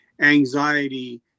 anxiety